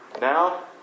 Now